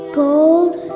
gold